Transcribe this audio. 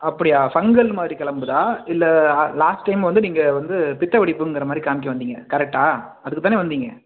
அப்படியா ஃபங்கல் மாதிரி கிளம்புதா இல்லை லாஸ்ட் டைம் வந்து நீங்கள் வந்து பித்தவெடிப்புங்குற மாதிரி காமிக்க வந்திங்க கரெக்ட்டா அதுக்கு தானே வந்திங்க